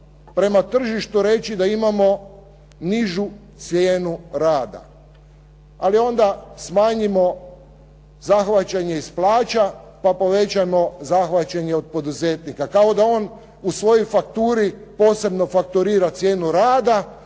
prema tržištu reći da imamo nižu cijenu rada, ali onda smanjimo zahvaćanje iz plaća pa povećajmo zahvaćanje od poduzetnika kao da on u svojoj fakturi posebno fakturira cijenu rada,